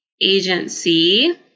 agency